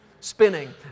spinning